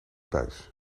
buis